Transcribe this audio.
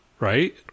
Right